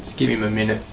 give him a minute.